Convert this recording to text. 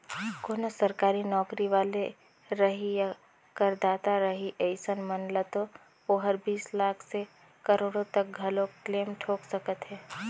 कोनो सरकारी नौकरी वाले रही या करदाता रही अइसन मन ल तो ओहर बीस लाख से करोड़ो तक घलो क्लेम ठोक सकत हे